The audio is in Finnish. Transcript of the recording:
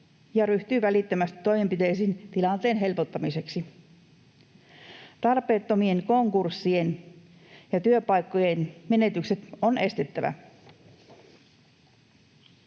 ja ryhtyy välittömästi toimenpiteisiin tilanteen helpottamiseksi. Tarpeettomat konkurssit ja työpaikkojen menetykset on estettävä.